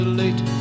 late